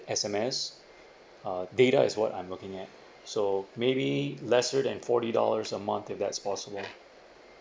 S_M_S uh data is what I'm looking at so maybe lesser than forty dollars a month if that is possible